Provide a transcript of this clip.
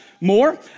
more